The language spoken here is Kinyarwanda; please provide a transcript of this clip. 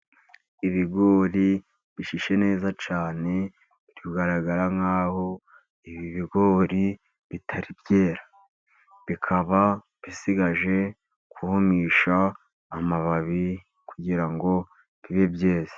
Ibigori bishishe neza cyane, bigaragara nk'aho ibi bigori bitari byera, bikaba bisigaje kumisha amababi, kugira ngo bibe byeze.